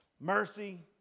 Mercy